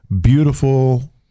beautiful